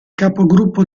capogruppo